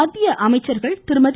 மத்திய அமைச்சர்கள் திருமதி